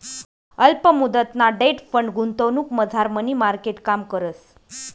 अल्प मुदतना debt fund गुंतवणुकमझार मनी मार्केट काम करस